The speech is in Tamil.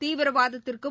தீவிரவாதத்திற்கும்